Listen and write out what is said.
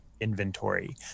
inventory